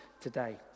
today